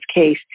case